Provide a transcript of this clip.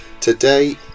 Today